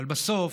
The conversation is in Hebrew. אבל בסוף